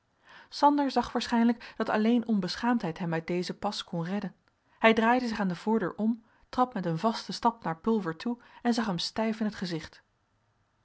sander zag waarschijnlijk dat alleen onbeschaamdheid hem uit dezen pas kon redden hij draaide zich aan de voordeur om trad met een vasten stap naar pulver toe en zag hem stijf in t gezicht